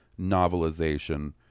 novelization